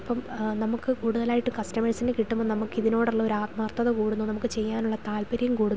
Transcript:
അപ്പം നമുക്ക് കൂട്തലായിട്ട് കസ്റ്റമേഴ്സിനെ കിട്ടുമ്പം നമുക്ക് ഇതിനോടുള്ള ഒരു ആത്മാർത്ഥത കൂടുന്നു നമുക്ക് ചെയ്യാനുള്ള താൽപ്പര്യം കൂടുന്നു